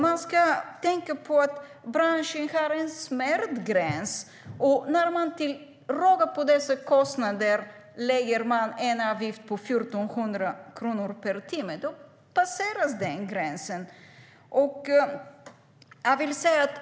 Vi ska tänka på att branschen har en smärtgräns, och när man till råga på dessa kostnader lägger på en avgift på 1 400 kronor per timme passeras den gränsen.